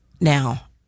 Now